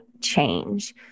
change